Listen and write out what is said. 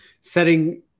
setting